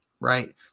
right